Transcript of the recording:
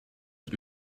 hat